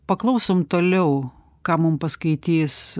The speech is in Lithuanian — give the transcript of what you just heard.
paklausom toliau ką mums paskaitys